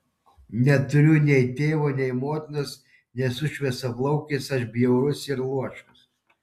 neturiu nei tėvo nei motinos nesu šviesiaplaukis aš bjaurus ir luošas